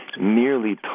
nearly